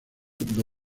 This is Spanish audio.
donde